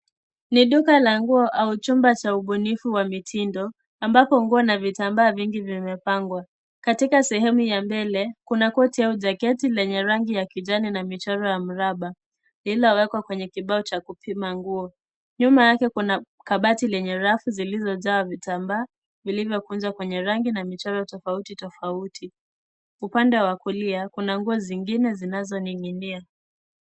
Ni duka la nguo au chumba cha ubunifu wa mitindo ambapo nguo na vitambaa vingi vimepangwa. Katika sehemu ya mbele, kuna koti au jaketi lenye rangi ya kijani na michoro ya mraba lililowekwa kwenye kibao cha upima nguo. Nyuma yake kuna kabati lenye rafu zilizojaa vitambaa vilivyokunjwa kwenye rangi na michoro tofautitofauti. Upande wa kulia kuna nguo zingine zinazoning'inia.